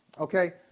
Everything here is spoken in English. Okay